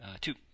Two